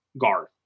guard